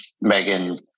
Megan